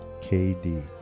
KD